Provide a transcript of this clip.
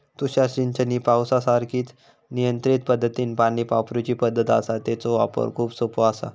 तुषार सिंचन ही पावसासारखीच नियंत्रित पद्धतीनं पाणी वापरूची पद्धत आसा, तेचो वापर खूप सोपो आसा